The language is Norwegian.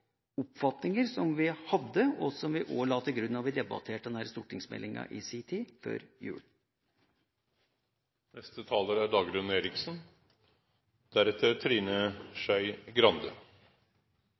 oppfatninger som vi hadde, og la til grunn, da vi debatterte denne stortingsmeldinga før jul. Når det skapes uklarhet i denne saken, er